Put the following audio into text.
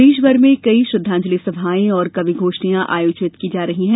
प्रदेशभर में कई श्रद्वांजलि सभाएं और कवि गोष्ठियां आयोजित की जा रही है